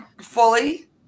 Fully